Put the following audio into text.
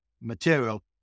material